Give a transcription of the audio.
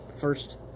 First